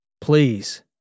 please